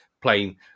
playing